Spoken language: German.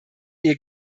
ihr